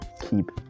keep